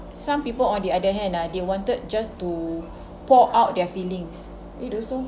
some people on the other hand ah they wanted just to pour out their feelings it also